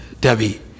Debbie